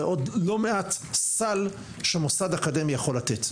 ועוד לא מעט פעולות סל שמוסד אקדמי יכול לתת.